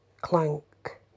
Clank